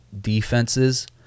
defenses